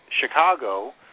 Chicago